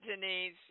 Denise